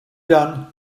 done